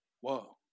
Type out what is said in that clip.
Whoa